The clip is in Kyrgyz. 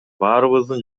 баарыбыздын